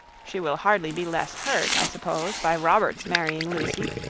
she will hardly be less hurt, i suppose, by robert's marrying lucy,